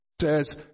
says